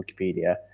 Wikipedia